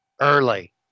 early